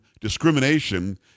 discrimination